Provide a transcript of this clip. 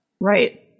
Right